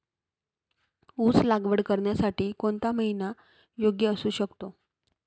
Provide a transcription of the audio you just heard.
ऊस लागवड करण्यासाठी कोणता महिना योग्य असू शकतो?